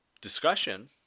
discussion